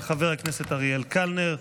של חבר הכנסת אריאל קלנר.